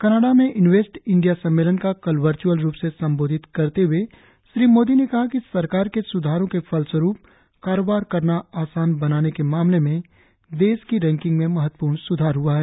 Canada में invest India सम्मेलन को कल वर्च्अल रूप से संबोधित करते हए श्री मोदी ने कहा कि सरकार के स्धारों के फलस्वरूप कारोबार करना आसान बनाने के मामले में देश की रैंकिंग में महत्वपूर्ण स्धार हआ है